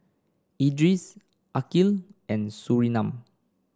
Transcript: Idris Aqil and Surinam